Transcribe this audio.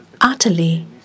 utterly